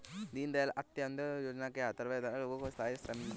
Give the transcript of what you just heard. दीन दयाल अंत्योदया योजना के तहत बेघर लोगों को स्थाई आश्रय दिया जाएगा